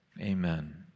Amen